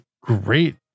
great